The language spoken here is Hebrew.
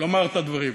לומר את הדברים.